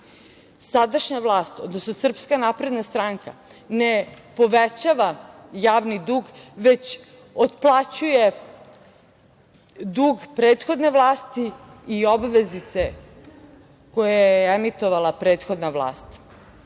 Sadašnja vlast, odnosno Srpska napredna stranka, ne povećava javni dug, već otplaćuje dug prethodne vlasti i obveznice koje je emitovala prethodna vlast.